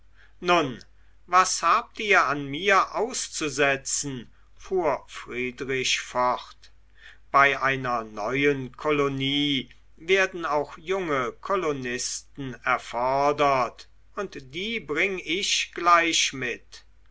nun was habt ihr an mir auszusetzen fuhr friedrich fort bei einer neuen kolonie werden auch junge kolonisten erfordert und die bring ich gleich mit